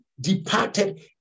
departed